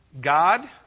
God